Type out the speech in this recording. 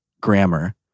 grammar